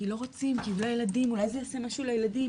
כי לא רוצים כי אולי זה יעשה משהו לילדים.